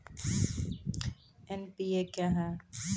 NPA क्या हैं?